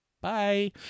Bye